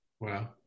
Wow